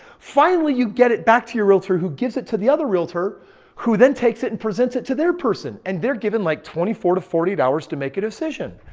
finally, you get it back to your realtor who gives it to the other realtor who then takes it and presents it to their person. and they're given like twenty four to forty eight hours to make a decision.